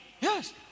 yes